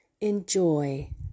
enjoy